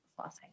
flossing